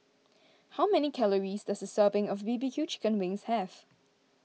how many calories does a serving of B B Q Chicken Wings have